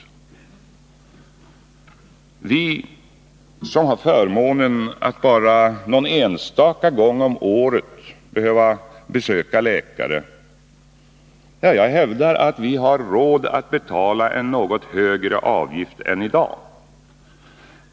Jag hävdar att vi som har förmånen att bara någon enstaka gång om året behöva besöka läkare har råd att betala en något högre avgift än i dag.